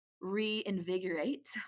reinvigorate